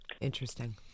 Interesting